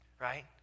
Right